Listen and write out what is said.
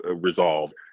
resolved